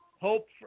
hope